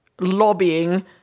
lobbying